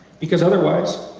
because otherwise,